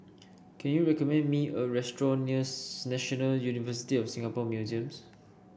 can you recommend me a restaurant near National University of Singapore Museums